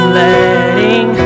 letting